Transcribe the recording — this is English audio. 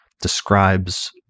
describes